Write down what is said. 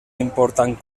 important